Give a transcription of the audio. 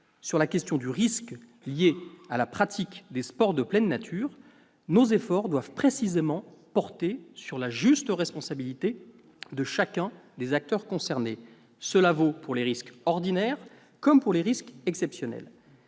Sur la question du risque lié à la pratique des sports de pleine nature, nos efforts doivent précisément porter sur la juste responsabilité de chacun des acteurs concernés. Cela vaut pour les risques ordinaires comme pour les risques exceptionnels.